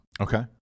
okay